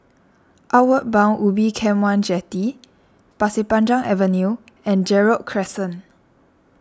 Outward Bound Ubin Camp one Jetty Pasir Panjang Avenue and Gerald Crescent